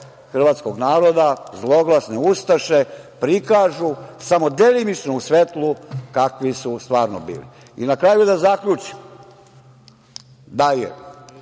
hrvatskog naroda, zloglasne ustaše, prikažu samo delimično u svetlu kakvi su stvarno bili. Na kraju, da zaključim da je